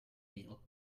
meal